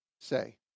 Say